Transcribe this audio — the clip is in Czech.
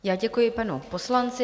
Já děkuji panu poslanci.